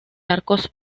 arcos